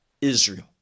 Israel